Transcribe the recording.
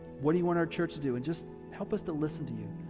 what do you want our church to do? and just help us to listen to you,